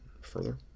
further